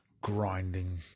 grinding